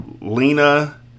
Lena